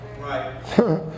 Right